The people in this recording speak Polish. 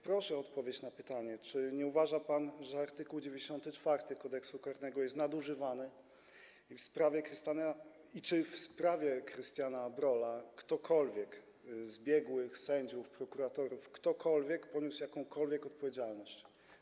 Proszę o odpowiedź na pytanie: Czy nie uważa pan, że art. 94 Kodeksu karnego jest nadużywany i czy w sprawie Krystiana Brolla którykolwiek z biegłych, sędziów, prokuratorów, ktokolwiek poniósł jakąkolwiek odpowiedzialność?